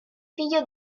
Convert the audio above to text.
figlio